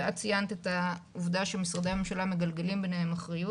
ואת ציינת את העובדה שמשרדי הממשלה מגלגלים ביניהם אחריות.